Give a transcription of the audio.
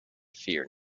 fear